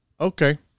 Okay